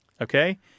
okay